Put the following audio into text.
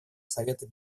совета